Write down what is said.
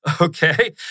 okay